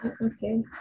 Okay